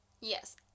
Yes